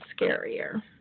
scarier